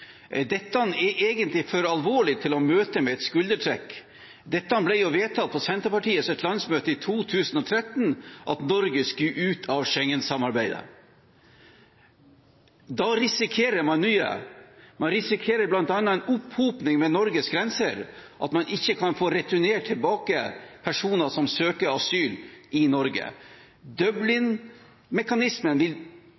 Dette er egentlig for alvorlig til å bli møtt med et skuldertrekk. Det ble vedtatt på Senterpartiets landsmøte i 2013 at Norge skulle ut av Schengen-samarbeidet. Da risikerer man mye. Man risikerer bl.a. en opphoping ved Norges grenser, at man ikke kan få returnert personer som søker asyl i Norge.